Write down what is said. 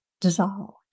dissolved